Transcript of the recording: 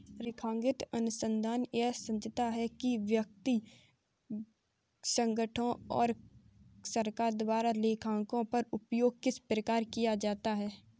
लेखांकन अनुसंधान यह जाँचता है कि व्यक्तियों संगठनों और सरकार द्वारा लेखांकन का उपयोग किस प्रकार किया जाता है